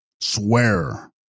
Swear